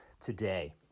today